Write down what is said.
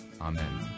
Amen